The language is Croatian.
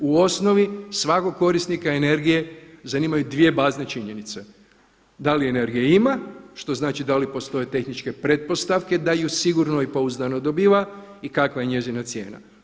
U osnovi svakog korisnika energije zanimaju dvije bazne činjenice da li energije ima, što znači da li postoje tehničke pretpostavke da ju sigurno i pouzdano dobiva i kakva je njezina cijena.